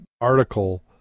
article